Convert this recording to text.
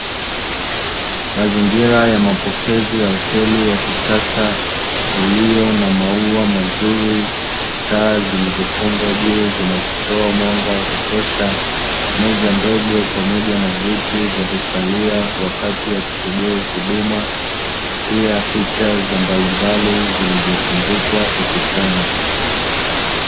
Mazingira ya mapokezi ya hoteli ya kisasa, iliyo na maua mazuri, taa zilizofungwa juu zinazotoa mwanga wa kutosha, meza ndogo pamoja na viti vya kukalia wakati wa kusuburi huduma, pia picha mbalimbali zilizotundikwa ukutani.